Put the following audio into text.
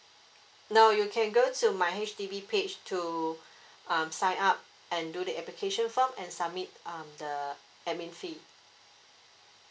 no you can go to my H_D_B page to um sign up and do the application form and submit um the admin fee